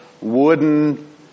wooden